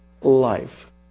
life